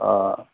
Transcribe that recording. अ